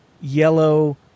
yellow